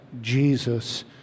Jesus